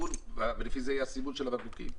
לפי זה יהיה סימון הבקבוקים?